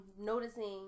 noticing